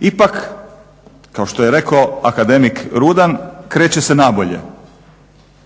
Ipak kao što je rekao akademik Rudan, kreće se nabolje.